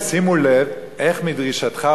שימו לב איך מדרישתך,